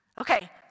Okay